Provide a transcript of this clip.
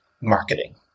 marketing